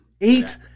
Eight